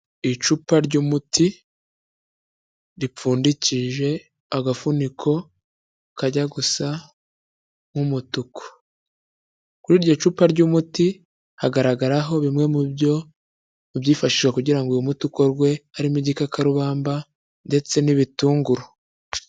Icupa ry'umuti ripfundikije agafuniko kajya gusa nk'umutuku, kuri iryo cupa ry'umuti hagaragaraho bimwe mu byo mu byifashishijwe kugira ngo uyu muti ukorwe harimo igikakarubamba ndetse n'ibitunguru.